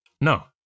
No